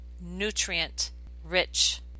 nutrient-rich